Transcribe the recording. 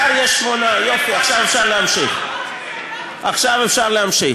ככה אנחנו נראים.